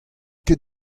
ket